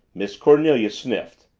miss cornelia sniffed.